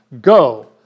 Go